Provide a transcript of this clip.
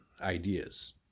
ideas